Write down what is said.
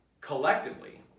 collectively